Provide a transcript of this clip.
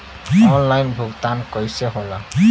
Online भुगतान कईसे होला?